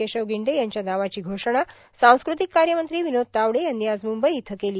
केशव गिंडे यांच्या नावाची घोषणा सांस्कृतिक कार्य मंत्री विनोद तावडे यांनी आज मुंबई इथं केली